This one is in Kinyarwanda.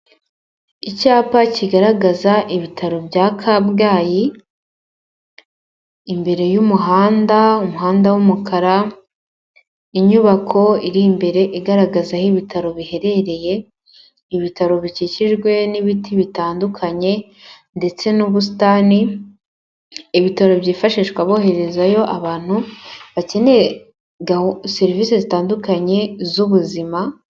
Icyapa kigaragaza ibitaro bya Kabgayi, imbere y'umuhanda, umuhanda w'umukara, inyubako iri imbere igaragaza aho ibitaro biherereye. Ibitaro bikikijwe n'ibiti bitandukanye ndetse n'ubusitani. Ibitaro byifashishwa boherezayo abantu bakeneye serivisi zitandukanye z'ubuzima...,